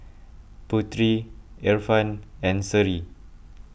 Putri Irfan and Seri